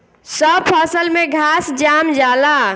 सब फसल में घास जाम जाला